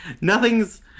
nothing's